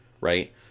right